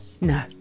No